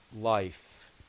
life